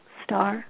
star